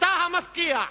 ואתה המפקיע.